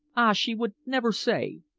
ah! she would never say.